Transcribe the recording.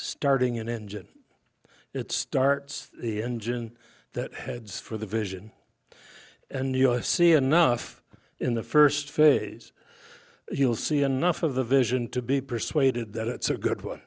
starting an engine it starts the engine that heads for the vision and you'll see enough in the first phase you'll see enough of the vision to be persuaded that it's a good one